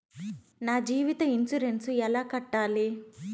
నా జీవిత ఇన్సూరెన్సు ఎలా కట్టాలి?